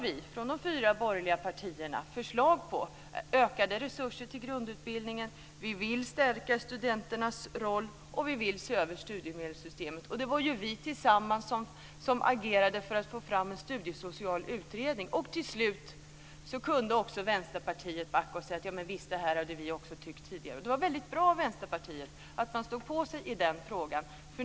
Vi från de fyra borgerliga partierna har förslag om ökade resurser till grundutbildningen. Vi vill stärka studenternas roll, och vi vill se över studiemedelssystemet. Det var ju vi tillsammans som agerade för att få fram en studiesocial utredning. Till slut kunde också Vänsterpartiet backa och säga: Ja, men visst, det här har vi också tyckt tidigare. Det var väldigt bra av Vänsterpartiet att man stod på sig i den frågan.